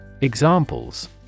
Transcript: Examples